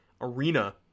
arena